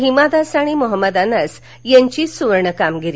हिमा दास आणि मोहम्मद अनस यांची सुवर्ण कामगिरी